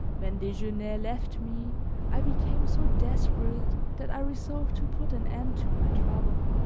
when desgenais left me i became so desperate that i resolved to put an end to my trouble.